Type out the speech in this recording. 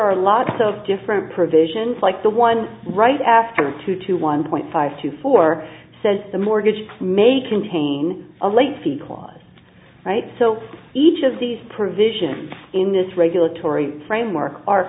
are lots of different provisions like the one right after two to one point five to four says the mortgage may contain a late fee clause so each of these provisions in this regulatory framework are